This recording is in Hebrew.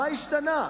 מה השתנה?